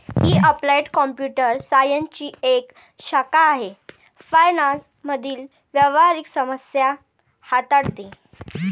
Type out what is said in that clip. ही applied computer सायन्सची एक शाखा आहे फायनान्स मधील व्यावहारिक समस्या हाताळते